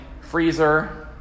freezer